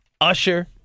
Usher